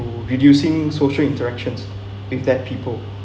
to reducing social interactions with that people